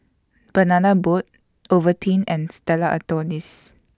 Banana Boat Ovaltine and Stella Artois